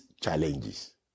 challenges